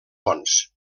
fonts